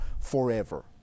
forever